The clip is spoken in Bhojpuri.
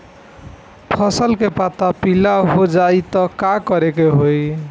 फसल के पत्ता पीला हो जाई त का करेके होई?